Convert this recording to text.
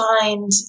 find